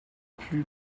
plus